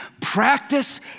Practice